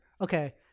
okay